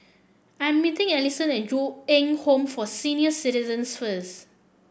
I'm meeting Ellison at Ju Eng Home for Senior Citizens first